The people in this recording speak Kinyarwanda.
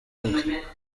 ubwe